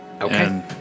Okay